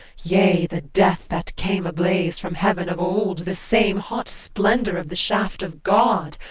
yea, the death that came ablaze from heaven of old, the same hot splendour of the shaft of god?